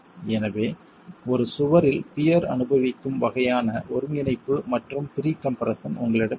எனவே ஒரு சுவரில் பியர் அனுபவிக்கும் வகையான ஒருங்கிணைப்பு மற்றும் ப்ரீ கம்ப்ரெஸ்ஸன் உங்களிடம் இல்லை